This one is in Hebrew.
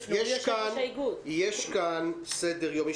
יש כאן סדר יום.